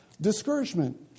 Discouragement